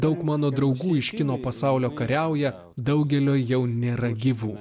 daug mano draugų iš kino pasaulio kariauja daugelio jau nėra gyvų